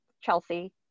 Chelsea